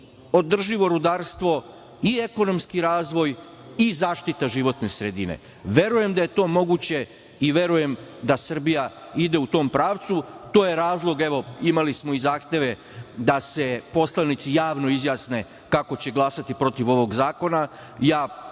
i održivo rudarstvo i ekonomski razvoj i zaštita životne sredine. Verujem da je to moguće i verujem da Srbija ide u tom pravcu. To je razlog, evo, imali smo i zahteve da se poslanici javno izjasne kako će glasati protiv ovog zakona